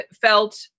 felt